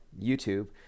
YouTube